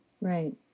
Right